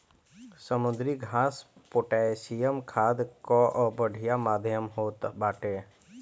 समुद्री घास पोटैशियम खाद कअ बढ़िया माध्यम होत बाटे